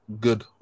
Good